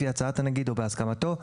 לפי הצעת הנגיד או בהסכמתו,